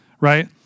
right